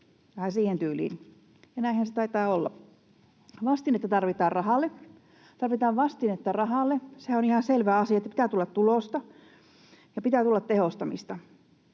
vähän siihen tyyliin, ja näinhän se taitaa olla. Tarvitaan vastinetta rahalle. Se on ihan selvä asia, että pitää tulla tulosta ja pitää tulla tehostamista.